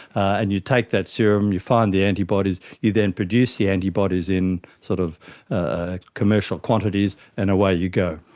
and you take that serum and you find the antibodies, you then produce the antibodies in sort of ah commercial quantities and away you go.